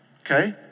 Okay